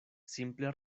simple